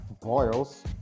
boils